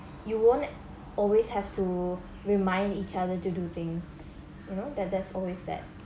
you won't always have to remind each other to do things you know that there's always that